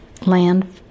land